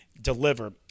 deliver